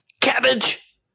Cabbage